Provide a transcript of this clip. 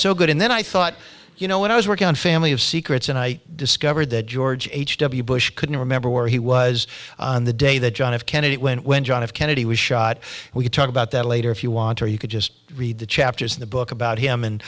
so good and then i thought you know when i was working on family of secrets and i discovered that george h w bush couldn't remember where he was the day that john f kennedy when when john f kennedy was shot we can talk about that later if you want or you could just read the chapters in the book about him and